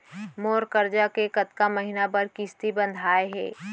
मोर करजा के कतका महीना बर किस्ती बंधाये हे?